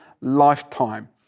lifetime